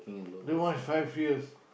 that one five years